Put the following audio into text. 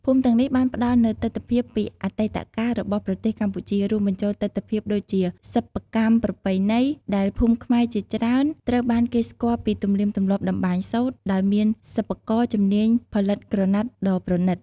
ភូមិទាំងនេះបានផ្ដល់នូវទិដ្ឋភាពពីអតីតកាលរបស់ប្រទេសកម្ពុជា រួមបញ្ចូលទិដ្ឋភាពដូចជា សិប្បកម្មប្រពៃណី ដែលភូមិខ្មែរជាច្រើនត្រូវបានគេស្គាល់ពីទំនៀមទម្លាប់តម្បាញសូត្រ ដោយមានសិប្បករជំនាញផលិតក្រណាត់ដ៏ប្រណិត។